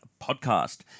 podcast